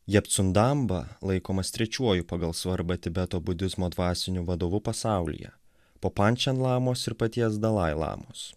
laikomas trečiuoju pagal svarbą tibeto budizmo dvasiniu vadovu pasaulyje po pančio lamos ir paties dalai lamos